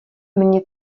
mně